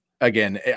again